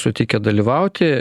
sutikę dalyvauti